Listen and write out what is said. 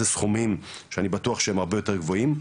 סכומים שאני בטוח שהם הרבה יותר גבוהים,